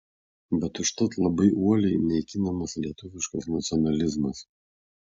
bet užtat labai uoliai naikinamas lietuviškas nacionalizmas